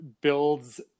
builds